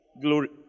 Glory